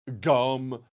Gum